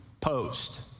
post